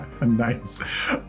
Nice